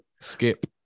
skip